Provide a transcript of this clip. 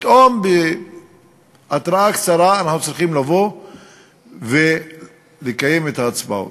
פתאום בהתרעה קצרה אנחנו צריכים לבוא ולקיים את ההצבעות.